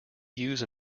use